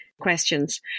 questions